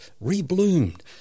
re-bloomed